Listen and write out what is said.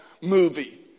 movie